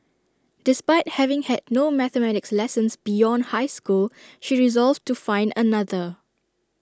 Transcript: despite having had no mathematics lessons beyond high school she resolved to find another